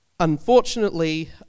Unfortunately